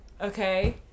okay